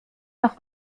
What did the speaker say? noch